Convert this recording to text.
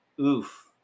Oof